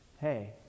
Hey